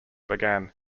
began